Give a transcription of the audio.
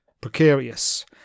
precarious